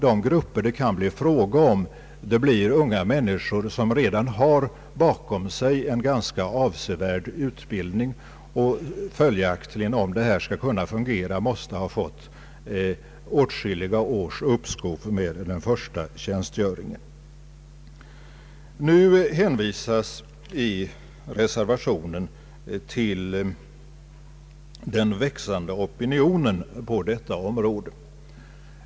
De grupper det kan bli fråga om består av unga människor som redan har bakom sig en ganska avsevärd utbildning och följaktligen, om detta skall kunna fungera, måste ha fått åtskilliga års uppskov med den första tjänstgöringen. Nu hänvisas i reservationen till den växande opinionen på detta område.